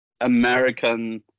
American